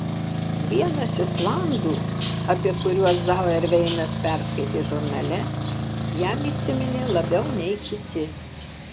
vienas islandų apie kuriuos zauerveinas perskaitė žurnale jam įsiminė labiau nei kiti